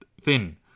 Thin